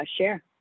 share